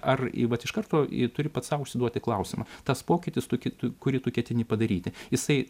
ar vat iš karto į turi pats sau užsiduoti klausimą tas pokytis tų kitų kurį tu ketini padaryti jisai